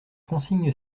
consigne